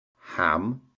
Ham